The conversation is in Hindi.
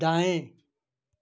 दाएं